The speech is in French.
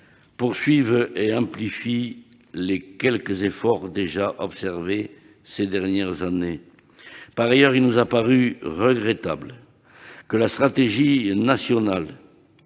poursuive et amplifie les quelques efforts déjà observés ces dernières années. Par ailleurs, il nous a paru regrettable que la stratégie nationale